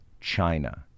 China